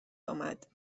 آمد